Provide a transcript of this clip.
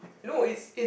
no is it